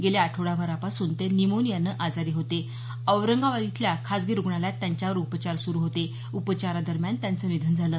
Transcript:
गेल्या आठवडाभरापासून ते न्यूमोनियाने आजारी होते औरंगाबाद इथल्या खासगी रुग्णालयात त्यांच्यावर उपचार सुरू होते उपचारादरम्यान त्यांचं निधन झालं